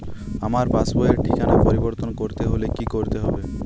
আমার পাসবই র ঠিকানা পরিবর্তন করতে হলে কী করতে হবে?